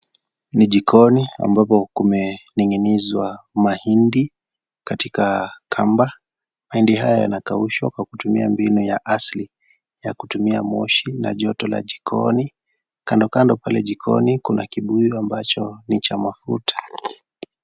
Ni jikoni ambapo kumeninginizwa mahindi, katika kamba. Mahindi haya yanaonekana kukaushwa kwa kutumia mbinu ya asili kwa kutumia moshi na joto la jikoni, kando kando pale jikoni kuna kibuyu ambacho ni cha mafuta.